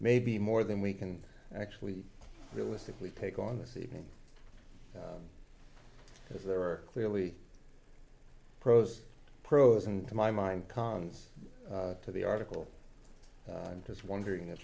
maybe more than we can actually be realistically take on this even if there are clearly pros pros and to my mind cons to the article i'm just wondering if